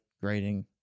grading